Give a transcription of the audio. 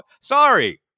Sorry